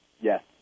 Yes